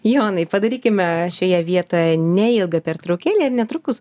jonai padarykime šioje vietoje neilgą pertraukėlę ir netrukus